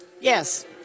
Yes